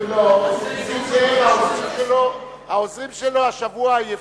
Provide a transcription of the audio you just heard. לא, נסים זאב, העוזרים שלו השבוע עייפים.